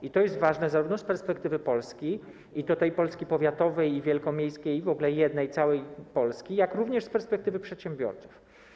I to jest ważne zarówno z perspektywy Polski, i to tej Polski powiatowej, i wielkomiejskiej, w ogóle jednej całej Polski, jak i z perspektywy przedsiębiorców.